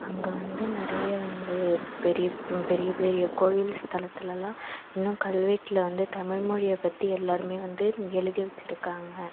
அங்கே வந்து நிறைய வந்து பெரிய பெரிய பெரிய கோவில் ஸ்தலத்துலலாம் இன்னும் கல்வெட்டில் வந்து தமிழ்மொழியை பற்றி எல்லாருமே வந்து எழுதி வச்சுருக்காங்க